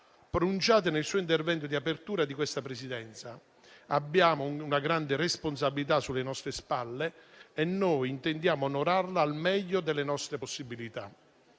pronunciate nel suo intervento di apertura di questa Presidenza: «Abbiamo una grande responsabilità sulle nostre spalle e noi intendiamo onorarla al meglio delle nostre possibilità».